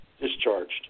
discharged